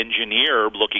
engineer-looking